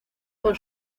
con